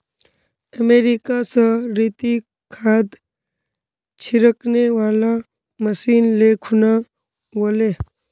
America स रितिक खाद छिड़कने वाला मशीन ले खूना व ले